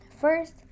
First